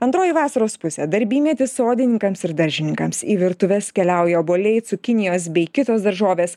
antroji vasaros pusė darbymetis sodininkams ir daržininkams į virtuves keliauja obuoliai cukinijos bei kitos daržovės